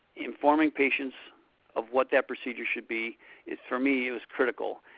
informing patients of what that procedure should be is, for me it was critical.